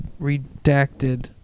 Redacted